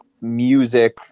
music